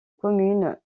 communes